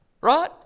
Right